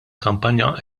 kampanja